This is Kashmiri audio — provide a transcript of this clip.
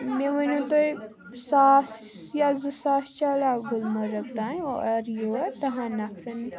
مےٚ ؤنو تُہی ساس یا زٕ ساس چیٛلیٚا گُلمَرگ تانۍ اور یور دَہن نَفرن